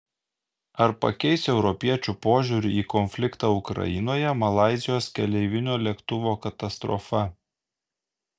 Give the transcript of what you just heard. ar pakeis europiečių požiūrį į konfliktą ukrainoje malaizijos keleivinio lėktuvo katastrofa